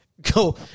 Go